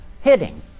hitting